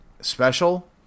special